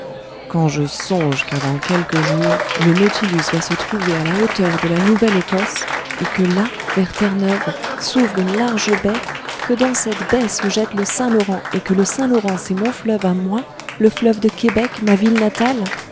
quand je songe qu'avant quelques jours le nautilus va se trouver à la hauteur de la nouvelle ecosse et que là vers terre-neuve s'ouvre une large baie que dans cette baie se jette le saint-laurent et que le saint-laurent c'est mon fleuve à moi le fleuve de québec ma ville natale